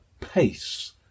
pace